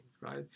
right